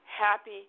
happy